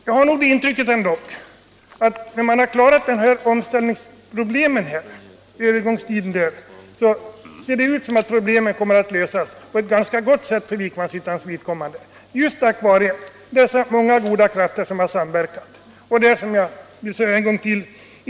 Jag har nog ändå ett intryck av att omställningsproblemen efter en övergångstid kommer att lösas ganska väl för Vikmanshyttan just tack vare den goda samverkan mellan så många krafter.